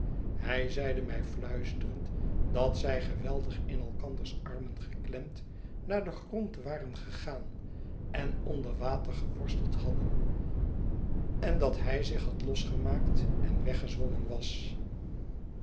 hij zeide mij fluisterend dat zij geweldig in elkanders armen geklemd naar den grond waren gegaan en onder water geworsteld hadden en dat hij zich had losgemaakt en weggezwommen was